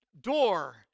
door